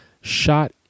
shot